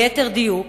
ליתר דיוק.